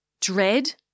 Dread